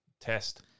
test